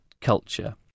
culture